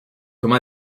comme